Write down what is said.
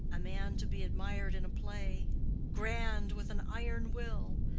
a man to be admired in a play grand, with an iron will.